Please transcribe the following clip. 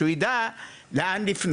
שהוא יידע גם לפנות.